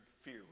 fear